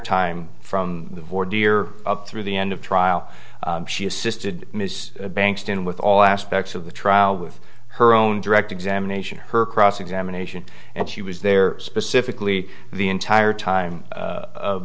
time from the border up through the end of trial she assisted ms bankston with all aspects of the trial with her own direct examination her cross examination and she was there specifically the entire time